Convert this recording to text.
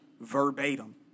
verbatim